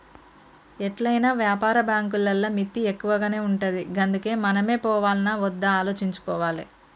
ఎట్లైనా వ్యాపార బాంకులల్ల మిత్తి ఎక్కువనే ఉంటది గందుకే మనమే పోవాల్నా ఒద్దా ఆలోచించుకోవాలె